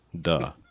duh